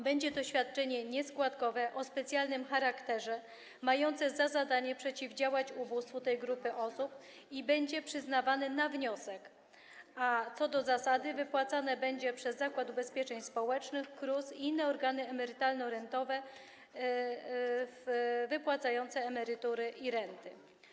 Będzie to świadczenie nieskładkowe o specjalnym charakterze, mające za zadanie przeciwdziałać ubóstwu tej grupy osób i będzie przyznawane na wniosek, a co do zasady wypłacane będzie przez Zakład Ubezpieczeń Społecznych, KRUS i inne organy emerytalno-rentowe wypłacające emerytury i renty.